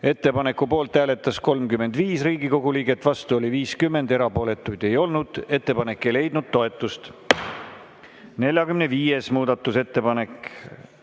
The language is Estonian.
Ettepaneku poolt hääletas 29 Riigikogu liiget, vastu oli 48, erapooletuid ei olnud. Ettepanek ei leidnud toetust.55. muudatusettepanek.